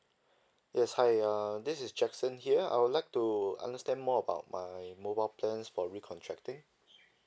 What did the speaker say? yes hi err this is jackson here I would like to understand more about my mobile plans for re contracting